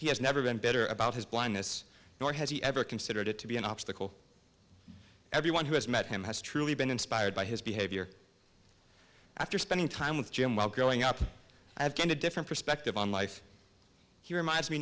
he has never been better about his blindness nor has he ever considered it to be an obstacle everyone who has met him has truly been inspired by his behavior after spending time with jim while growing up i have gained a different perspective on life he reminds me